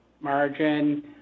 margin